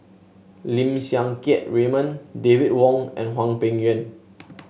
Lim Siang Keat Raymond David Wong and Hwang Peng Yuan